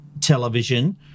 television